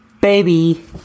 Baby